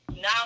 Now